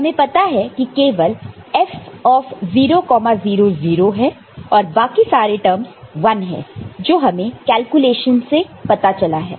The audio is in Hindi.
हमें पता है कि केवल F00 0 है और बाकी सारे टर्मस 1 है जो हमें कैलकुलेशन से पता चला था